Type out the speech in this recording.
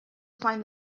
find